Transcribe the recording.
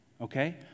Okay